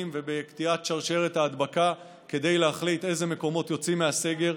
ובקטיעת שרשרת ההדבקה כדי להחליט איזה מקומות יוצאים מהסגר,